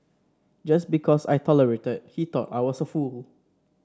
just because I tolerated he thought I was a fool